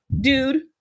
dude